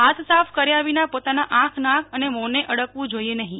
હાથ સાફ કર્યા વિના પોતાના આંખ નાક અને મોંને અડકવું જોઈએ નહીં